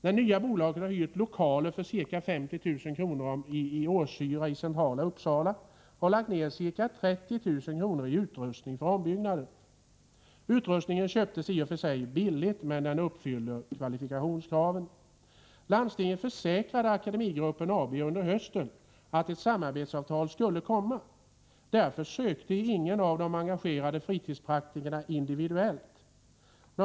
Det nya bolaget har hyrt lokaler i centrala Uppsala för ca 50 000 kr. i årshyra och har lagt ned ca 30 000 kr. i utrustning och ombyggnad. Utrustningen köptes i och för sig billigt, men den uppfyller kvalitetskraven. Landstinget försäkrade Akademigruppen AB under hösten att ett samarbetsavtal skulle träffas. Därför sökte ingen av de engagerade fritidspraktikerna individuellt tillstånd.